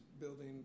building